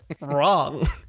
wrong